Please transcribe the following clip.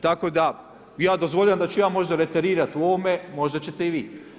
Tako da, ja dozvoljavam da ću ja možda reterirati u ovome, možda ćete i vi.